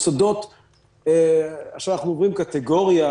עכשיו אנחנו עוברים קטגוריה,